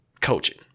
coaching